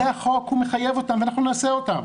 זה החוק, הוא מחייב אותם ואנחנו נעשה אותם.